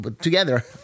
together